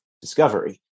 Discovery